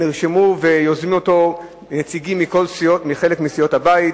נרשמו ויזמו את החוק נציגים מחלק מסיעות הבית: